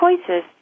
choices